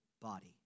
body